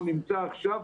נמצא עכשיו,